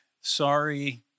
sorry